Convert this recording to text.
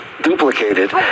duplicated